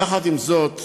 יחד עם זאת,